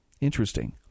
Interesting